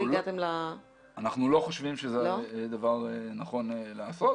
אנחנו לא חושבים שזה דבר נכון לעשות.